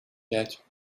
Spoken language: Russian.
пять